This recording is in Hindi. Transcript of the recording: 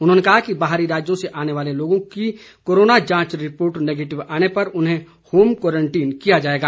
उन्होंने कहा कि बाहरी राज्यों से आने वाले लोगों की कोरोना जांच रिपोर्ट नैगेटिव आने पर उन्हें होम क्वारंटीन किया जाएगा